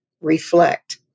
reflect